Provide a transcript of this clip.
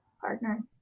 partner